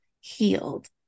healed